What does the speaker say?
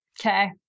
Okay